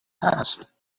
past